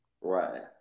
Right